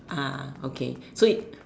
ah okay so it